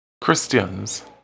Christians